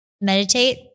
meditate